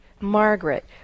Margaret